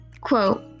quote